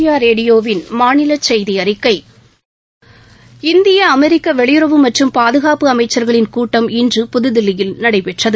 இந்திய அமெரிக்க வெளியுறவு மற்றும் பாதுகாப்பு அமைச்சர்களின் கூட்டம் இன்று புதுதில்லியில் நடைபெற்றது